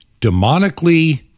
demonically